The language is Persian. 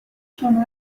شما